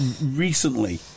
recently